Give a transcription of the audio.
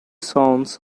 sons